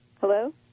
Hello